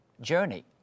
journey